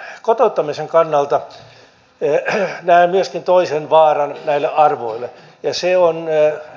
mutta kotouttamisen kannalta näen myöskin toisen vaaran näille arvoille ja se on